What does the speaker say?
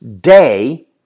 day